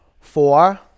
Four